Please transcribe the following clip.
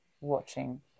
watching